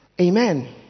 Amen